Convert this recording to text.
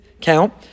count